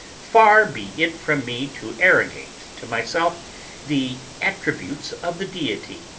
far be it from me to arrogate to myself the attributes of the deity.